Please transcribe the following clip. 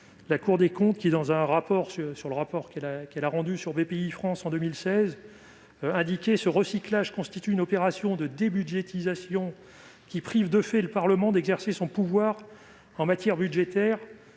la Cour des comptes dans son rapport sur Bpifrance de 2016, « ce recyclage constitue une opération de débudgétisation qui prive de fait le Parlement d'exercer son pouvoir en matière budgétaire.